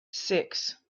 six